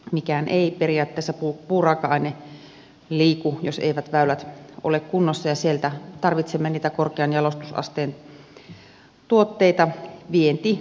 mikään puuraaka aine ei periaatteessa liiku jos eivät väylät ole kunnossa ja sieltä tarvitsemme niitä korkean jalostusasteen tuotteita vientialaksi